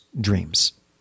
dreams